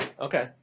Okay